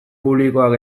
publikoak